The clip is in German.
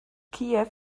kiew